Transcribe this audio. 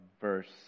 verse